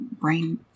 brain